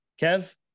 Kev